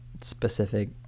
specific